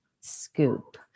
scoop